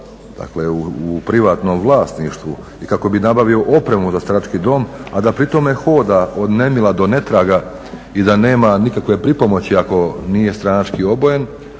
dakle u privatnom vlasništvu i kako bi nabavio opremu za starački dom, a da pri tome hoda od nemila do ne traga i da nema nikakve pripomoći ako nije stranački obojen,